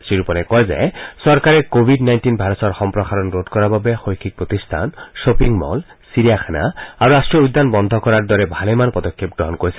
শ্ৰীৰূপানীয়ে কয় যে চৰকাৰে কৱিড নাইণ্টিন ভাইৰাছৰ সম্প্ৰসাৰণ ৰোধ কৰাৰ বাবে শৈক্ষিক প্ৰতিষ্ঠান খপিং মল চিৰিয়াখানা আৰু ৰাষ্ট্ৰীয় উদ্যান বন্ধ কৰাৰ দৰে ভালেমান পদক্ষেপ গ্ৰহণ কৰিছে